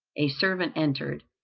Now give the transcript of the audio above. a servant entered,